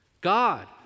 God